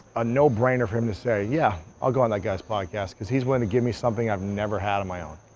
a no-brainer for him to say, yeah, i'll go on that guys podcast, because he's willing to give me something i've never had on my own.